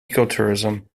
ecotourism